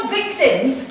victims